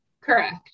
Correct